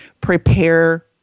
prepare